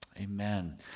Amen